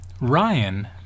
Ryan